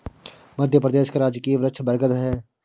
मध्य प्रदेश का राजकीय वृक्ष बरगद है